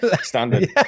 standard